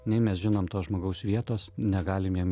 nei mes žinom to žmogaus vietos negalim jam